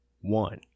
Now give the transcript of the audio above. one